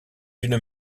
d’une